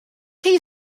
chi